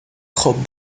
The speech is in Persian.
خوب